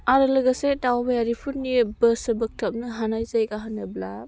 आरो लोगोसे दावबायारिफोरनि गोसो बोगथाबनो हानाय जायगा होनोब्ला